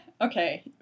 okay